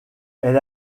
elle